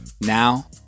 Now